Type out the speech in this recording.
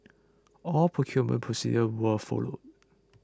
all procurement procedures were followed